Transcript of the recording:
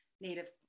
native